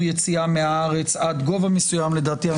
יציאה מהארץ עד גובה חוב מסוים לדעתי,